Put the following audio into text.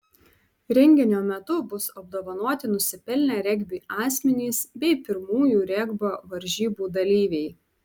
renginio metu bus apdovanoti nusipelnę regbiui asmenys bei pirmųjų regbio varžybų dalyviai